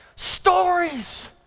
stories